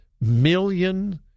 million